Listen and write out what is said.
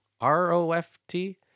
r-o-f-t